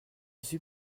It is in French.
suis